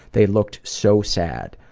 they looked so sad.